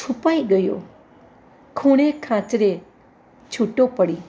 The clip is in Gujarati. છુપાઈ ગયો ખૂણે ખાંચરે છૂટો પડી